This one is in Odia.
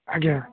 ଆଜ୍ଞା